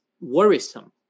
worrisome